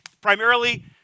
primarily